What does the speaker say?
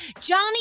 Johnny